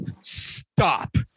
Stop